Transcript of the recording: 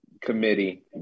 committee